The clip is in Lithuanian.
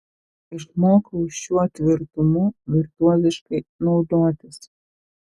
išmokau šiuo tvirtumu virtuoziškai naudotis